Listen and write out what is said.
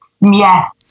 Yes